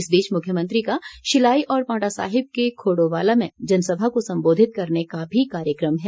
इस बीच मुख्यमंत्री का शिलाई और पांवटा साहिब के खोड़ोवाला में जनसभा को संबोधित करने का भी कार्यक्रम है